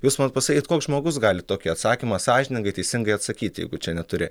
jūs man pasakykit koks žmogus gali tokį atsakymą sąžiningai teisingai atsakyt jeigu čia neturi